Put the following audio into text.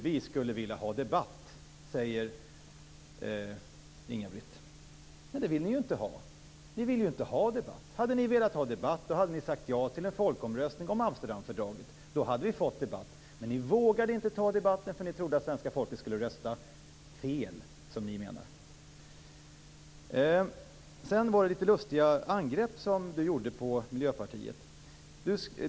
Vi skulle vilja ha debatt, säger Inga-Britt. Men det vill ni ju inte ha. Hade ni velat ha debatt hade ni sagt ja till en folkomröstning om Amsterdamfördraget. Då hade vi fått debatt. Men ni vågade inte ta debatten för ni trodde att svenska folket skulle rösta "fel", som ni menar. Så till det litet lustiga angrepp som Inga-Britt Johansson gjorde på Miljöpartiet.